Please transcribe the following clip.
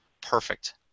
perfect